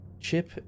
Chip